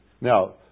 Now